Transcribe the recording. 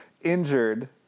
injured